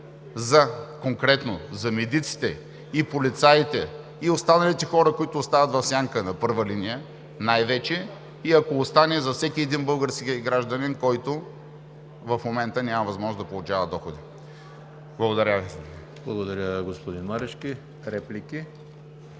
конкретно за медиците, полицаите и останалите хора, които остават в сянка, на първа линия най-вече и ако остане – за всеки един български гражданин, който в момента няма възможност да получава доходи. Благодаря Ви. ПРЕДСЕДАТЕЛ ЕМИЛ ХРИСТОВ: Благодаря, господин Марешки. Реплики?